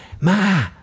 Ma